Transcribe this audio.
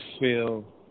feel